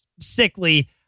sickly